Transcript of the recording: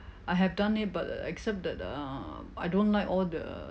I have done it but uh except that err I don't like all the